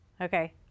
Okay